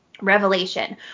revelation